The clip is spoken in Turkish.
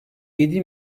yedi